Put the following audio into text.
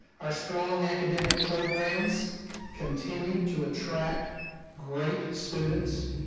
our strong academic programs continue to attract great students,